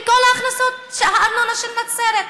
מכל הכנסות הארנונה של נצרת.